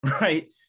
right